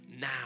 now